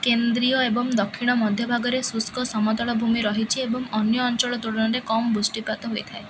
କେନ୍ଦ୍ରୀୟ ଏବଂ ଦକ୍ଷିଣ ମଧ୍ୟ ଭାଗରେ ଶୁଷ୍କ ସମତଳ ଭୂମି ରହିଚି ଏବଂ ଅନ୍ୟ ଅଞ୍ଚଳ ତୁଳନାରେ କମ୍ ବୃଷ୍ଟିପାତ ହୋଇଥାଏ